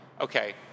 Okay